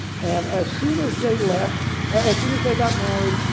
and as soon as they left as soon as they got married,